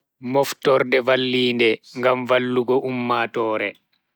Moftorde vallinde, ngam vallugo ummatoore.